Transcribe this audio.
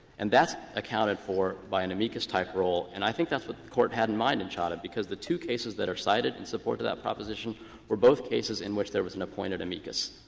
and that's accounted for by an amicus type role, and i think that's what the court had in mind in chadha, because the two cases that are cited in support of that proposition were both cases in which there was an appointed amicus.